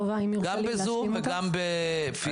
גם בזום וגם פיזית.